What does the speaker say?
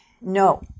no